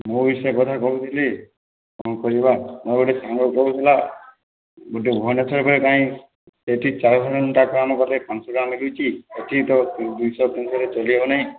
ମୁଁ ବି ସେକଥା କହୁଥିଲି କ'ଣ କରିବା ମୋର ଗୋଟେ ସାଙ୍ଗ କହୁଥିଲା ଗୁଟେ ଭୂବନେଶ୍ବର ପାଇଁ ସେହିଠି ଚାରିଘଣ୍ଟା କାମକଲେ ପାଞ୍ଚଶହ ଟଙ୍କା ଦେଉଛି ଏହିଠି ତ ଦୁଇଶହ ତିନିଶହରେ ଚଳି ହେବନାହିଁ